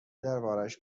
دربارهاش